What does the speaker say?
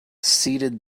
ceded